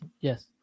Yes